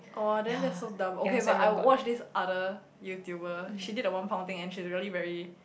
oh then that's so dumb okay but I watched this other YouTuber she did the one pound thing and she's really very